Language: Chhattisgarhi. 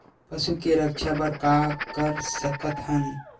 पशु के रक्षा बर का कर सकत हन?